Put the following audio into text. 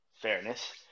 fairness